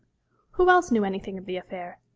who else knew anything of the affair?